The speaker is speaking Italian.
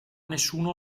nessuno